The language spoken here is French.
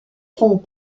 font